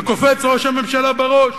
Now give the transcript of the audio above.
וקופץ ראש הממשלה בראש.